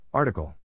Article